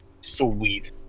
Sweet